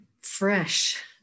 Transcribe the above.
fresh